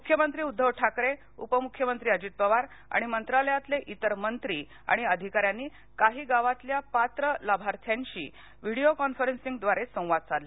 मुख्यमंत्री उद्दव ठाकरे उपमुख्यमंत्री अजित पवार आणि मंत्रालयातले इतर मंत्री आणि अधिकाऱ्यांनी काही गावातल्या पात्र लाभार्थ्यांशी व्हिडीओ कोन्फारांसिंग द्वारे संवाद साधला